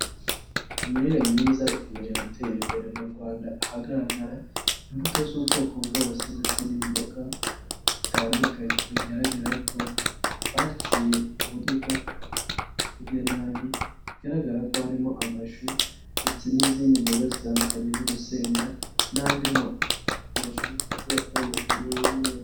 Imirire myiza ikomeje gutera imbere mu Rwanda ahagaragara imbuto z'ubwoko bwose ndetse n'imboga bitandukanye bigaragara ko baciye uburyo bwo kurya nabi bigaragara ko harimo amashu ndetse n'izindi mboga zitandukanye nk'urusenda n'andi mashu agiye atandukanye y'umweru.